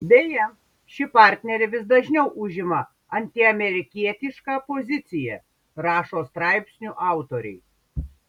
beje ši partnerė vis dažniau užima antiamerikietišką poziciją rašo straipsnių autoriai